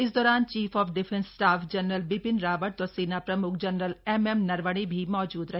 इस दौरान chief of defence staff general Bipin Rawat और सेना प्रम्ख जनरल एमएम नरवणे भी मौजूद रहे